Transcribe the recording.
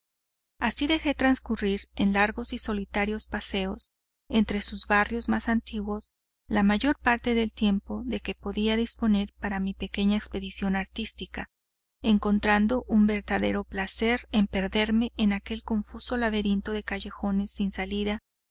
así dejé transcurrir en largos y solitarios paseos entre sus barrios más antiguos la mayor parte del tiempo de que podía disponer para mi pequeña expedición artística encontrando un verdadero placer en perderme en aquel confuso laberinto de callejones sin salida